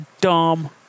dumb